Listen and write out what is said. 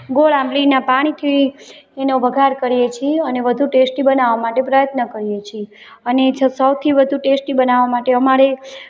ગોળ આંબલીનાં પાણીથી એનો વઘાર કરીએ છીએ અને વધુ ટેસ્ટી બનાવવા માટે પ્રયત્ન કરીએ છીએ અને છ સૌથી વધુ ટેસ્ટી બનાવવા માટે અમારે